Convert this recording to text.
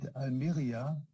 Almeria